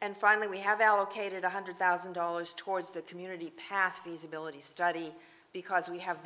and finally we have allocated one hundred thousand dollars towards the community pass feasibility study because we have